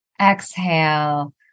Exhale